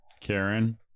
Karen